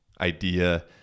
idea